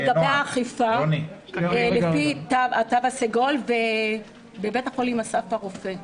לגבי האכיפה לפי התו הסגול ובבית החולים אסף הרופא,